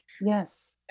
Yes